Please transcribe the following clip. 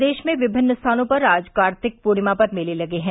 प्रदेश में विभिन्न स्थानों पर आज कार्तिक पूर्णिमा पर मेले लगे हैं